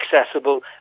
accessible